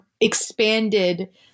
expanded